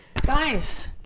guys